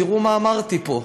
תראו מה אמרתי פה.